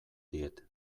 diet